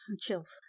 Chills